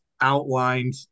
outlined